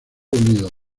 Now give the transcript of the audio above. unidos